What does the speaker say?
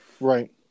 Right